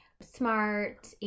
smart